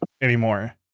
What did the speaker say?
anymore